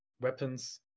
weapons